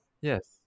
Yes